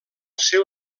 seu